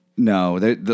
No